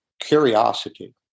curiosity